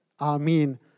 Amen